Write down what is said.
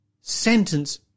sentence